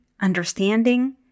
understanding